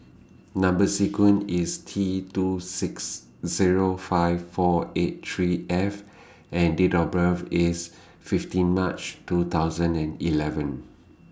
Number sequence IS T two six Zero five four eight three F and Date of birth IS fifteen March two thousand and eleven